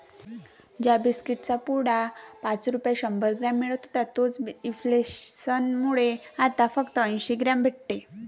ज्या बिस्कीट चा पुडा पाच रुपयाला शंभर ग्राम मिळत होता तोच इंफ्लेसन मुळे आता फक्त अंसी ग्राम भेटते